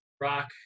Rock